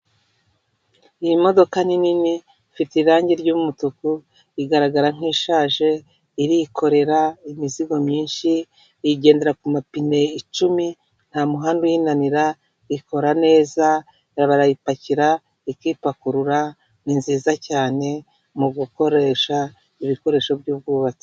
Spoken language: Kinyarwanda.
Iyi modoka ni nini ifite irangi ry'umutuku, igaragara nk'ishaje, irikorera imizigo myinshi, igendera ku mapine icumi, nta muhanda uyinanira, ikora neza, barayipakira, ikipakurura, ni nziza cyane mu gukoresha ibikoresho by'ubwubatsi.